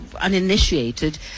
uninitiated